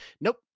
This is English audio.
nope